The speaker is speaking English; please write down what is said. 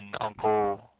uncle